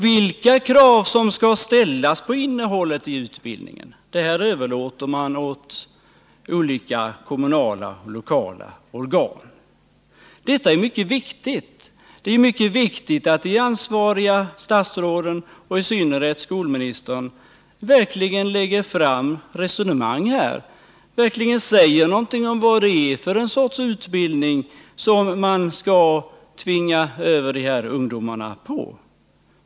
Vilka krav som skall ställas på innehållet i denna utbildning överlåter man åt olika kommunala och lokala organ att bestämma. Det är dock mycket viktigt att de ansvariga statsråden. i synnerhet skolministern, verkligen talar om vilket slags utbildning man skall tvinga över dessa ungdomar på.